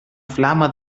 flama